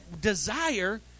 desire